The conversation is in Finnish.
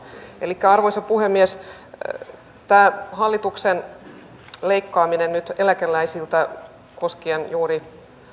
elikkä arvoisa puhemies tämä hallituksen leikkaaminen nyt nyt eläkeläisiltä koskien juuri